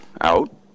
out